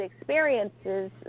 experiences